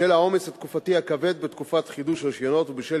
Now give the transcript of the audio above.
בשל העומס התקופתי הכבד בתקופת חידוש הרשיונות ובשל